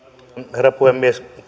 herra puhemies